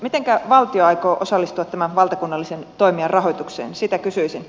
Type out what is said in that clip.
mitenkä valtio aikoo osallistua tämän valtakunnallisen toimijan rahoitukseen sitä kysyisin